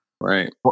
right